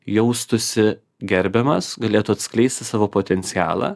jaustųsi gerbiamas galėtų atskleisti savo potencialą